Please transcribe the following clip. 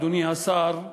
אדוני השר,